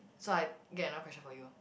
so I get another question for you